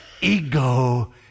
ego